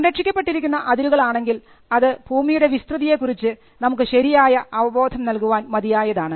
സംരക്ഷിക്കപ്പെട്ടിരിക്കുന്ന അതിരുകൾ ആണെങ്കിൽ അത് ഭൂമിയുടെ വിസ്തൃതിയെ കുറിച്ച് നമുക്ക് ശരിയായ അവബോധം നൽകുവാൻ മതിയായതാണ്